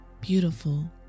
beautiful